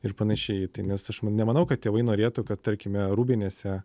ir panašiai tai nes aš nemanau kad tėvai norėtų kad tarkime rūbinėse